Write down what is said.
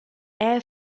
air